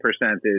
percentage